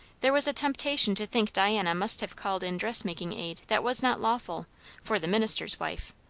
there was a temptation to think diana must have called in dressmaking aid that was not lawful for the minister's wife.